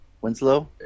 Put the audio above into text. Winslow